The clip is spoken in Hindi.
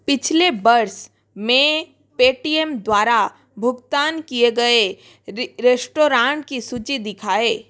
पिछले वर्ष में पेटीएम द्वारा भुगतान किए गए री रेस्टोराँट की सूची दिखाएँ